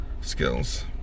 skills